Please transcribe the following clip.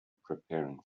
preparing